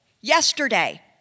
yesterday